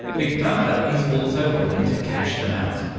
big data is also helping to catch them out.